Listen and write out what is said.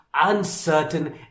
uncertain